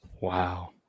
Wow